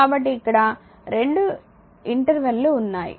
కాబట్టి ఇక్కడ 2 ఇంటర్వెల్ లు ఉన్నాయి